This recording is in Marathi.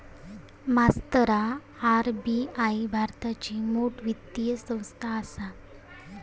मास्तरा आर.बी.आई भारताची मोठ वित्तीय संस्थान आसा